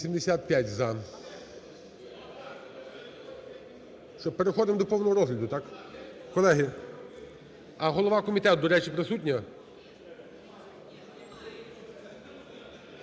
За-85 Переходимо до повного розгляду, так? А голова комітету, до речі, присутня?